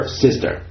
sister